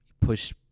push